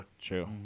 true